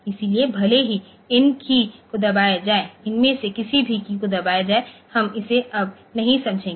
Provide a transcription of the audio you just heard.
इसलिए भले ही इन कीय को दबाया जाए इनमें से किसी भी कीय को दबाया जाए हम इसे अब नहीं समझेंगे